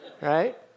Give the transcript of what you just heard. Right